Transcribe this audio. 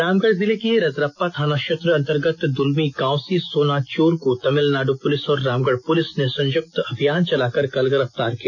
रामगढ जिले के रजरप्पा थाना क्षेत्र अंतर्गत दुलमी गांव से सोना चोर को तमिलनाडु पुलिस और रामगढ़ पुलिस ने संयुक्त अभियान चलाकर कल गिरफ्तार किया